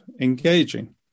engaging